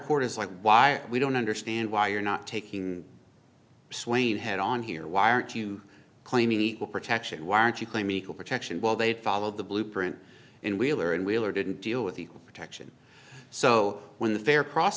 is like why we don't understand why you're not taking swain head on here why aren't you claiming equal protection why aren't you claiming equal protection while they followed the blueprint in wheeler and wheeler didn't deal with equal protection so when the fair pro